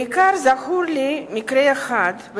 בעיקר זכור לי מקרה אחד: